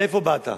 מאיפה באת?